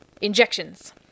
injections